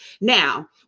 Now